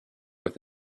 with